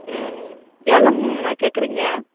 ம் எவ்ளோங்கண்ண கேக்கிறிங்க